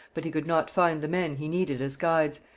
but he could not find the men he needed as guides,